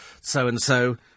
so-and-so